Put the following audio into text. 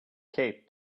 cape